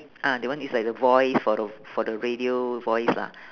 ah that one is like the voice for the for the radio voice lah